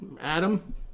adam